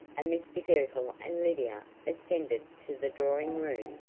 mr girtle and lydia ascended to the drawing-room,